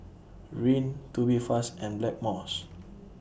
Rene Tubifast and Blackmores